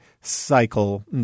cycle